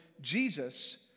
Jesus